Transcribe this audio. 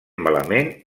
malament